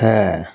ਹੈ